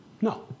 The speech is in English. No